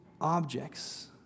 Objects